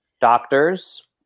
doctors